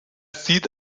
sieht